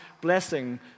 blessing